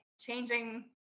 changing